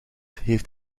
heeft